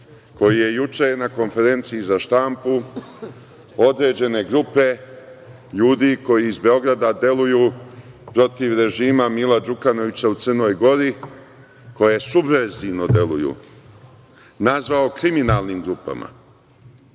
koji je juče na konferenciji za štampu određene grupe ljudi koji iz Beograda deluju protiv režima Mila Đukanovića u Crnoj Gori koje subverzivno deluju nazvao kriminalnim grupama.